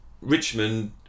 Richmond